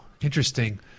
Interesting